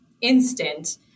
instant